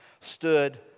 stood